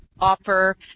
offer